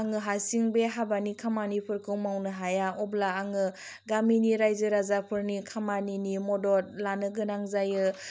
आङो हासिं बे हाबानि खामानिफोरखौ मावनो हाया अब्ला आङो गामिनि रायजो राजाफोरनि खामानिनि मदद लानो गोनां जायो